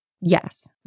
Yes